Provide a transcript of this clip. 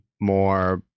more